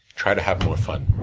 try to have more fun.